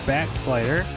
Backslider